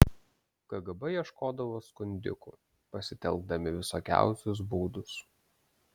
kgb ieškodavo skundikų pasitelkdami visokiausius būdus